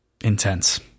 intense